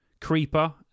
Creeper